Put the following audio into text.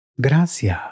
Gracias